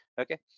okay